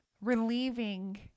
relieving